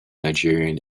nigerian